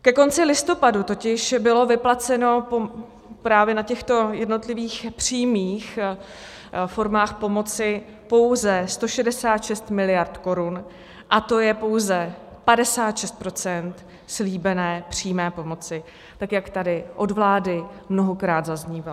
Ke konci listopadu totiž bylo vyplaceno právě na těchto jednotlivých přímých formách pomoci pouze 166 mld. korun, a to je pouze 56 % slíbené přímé pomoci, jak tady od vlády mnohokrát zaznívalo.